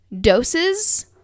doses